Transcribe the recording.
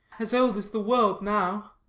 as old as the world now.